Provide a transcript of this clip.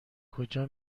کجا